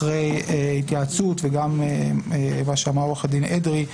אחרי התייעצות וגם מה שאמרה עורכת הדין אדרי,